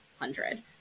hundred